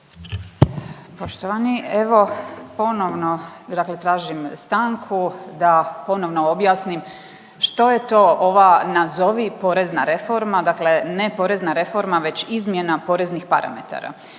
Poštovani evo ponovno dakle tražim stanku da ponovno objasnim što je to ova nazovi porezna reforma, dakle ne porezna reforma već izmjena poreznih parametara.